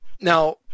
Now